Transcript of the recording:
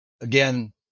Again